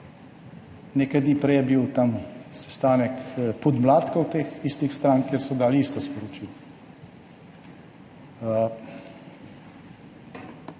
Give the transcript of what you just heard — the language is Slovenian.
Nekaj dni prej je bil tam sestanek podmladkov teh istih strank, kjer so dali isto sporočilo.